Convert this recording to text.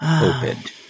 opened